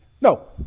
No